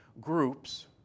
groups